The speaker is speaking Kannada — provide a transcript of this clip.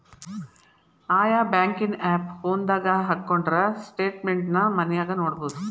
ಆಯಾ ಬ್ಯಾಂಕಿನ್ ಆಪ್ ಫೋನದಾಗ ಹಕ್ಕೊಂಡ್ರ ಸ್ಟೆಟ್ಮೆನ್ಟ್ ನ ಮನ್ಯಾಗ ನೊಡ್ಬೊದು